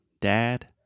dad